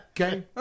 Okay